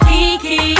Kiki